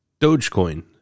Dogecoin